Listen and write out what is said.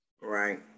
right